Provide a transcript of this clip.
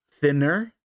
Thinner